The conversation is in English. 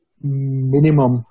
minimum